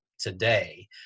today